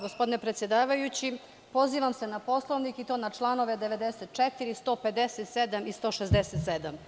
Gospodine predsedavajući, pozivam se na Poslovnik i to na čl. 94, 157. i 167.